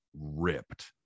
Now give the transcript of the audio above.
ripped